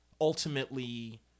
ultimately